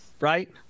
Right